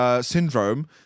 syndrome